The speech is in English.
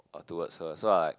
orh towards her so I was like